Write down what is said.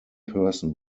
person